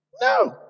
No